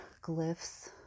Glyphs